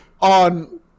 on